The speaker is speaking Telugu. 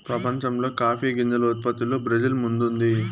ప్రపంచంలో కాఫీ గింజల ఉత్పత్తిలో బ్రెజిల్ ముందుంది